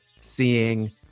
seeing